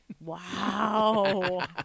Wow